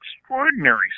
extraordinary